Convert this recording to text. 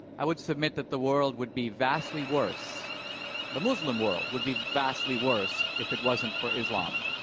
i would submit that the world would be vastly worse the muslim world would be vastly worse if it wasn't for islam.